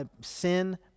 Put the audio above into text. sin